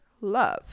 love